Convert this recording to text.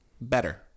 better